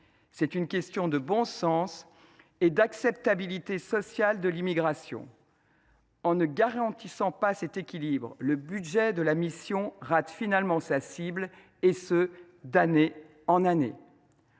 C’est une question de bon sens et d’acceptabilité sociale de l’immigration. En ne garantissant pas cet équilibre, le budget de la mission rate finalement sa cible, ce qui est